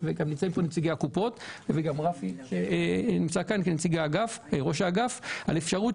נמצאים כאן גם נציגי הקופות וגם רפי שהוא ראש האגף ואפשר לחשוב